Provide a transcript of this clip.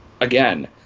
again